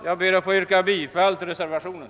Jag ber att få yrka bifall till reservationen.